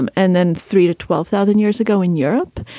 and and then three to twelve thousand years ago in europe.